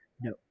no